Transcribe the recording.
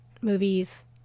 movies